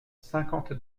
cinquante